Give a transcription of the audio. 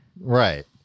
Right